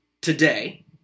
today